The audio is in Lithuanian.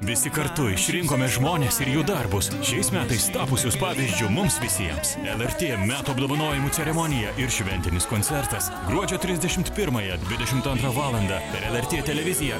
visi kartu išrinkome žmones ir jų darbus šiais metais tapusius pavyzdžiu mums visiems lrt metų apdovanojimų ceremonija ir šventinis koncertas gruodžio trisdešimt pirmąją dvidešimt antrą valandą per lrt televiziją